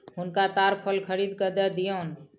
हुनका ताड़ फल खरीद के दअ दियौन